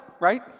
right